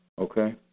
Okay